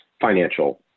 financial